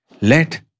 Let